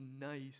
nice